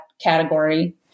category